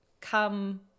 come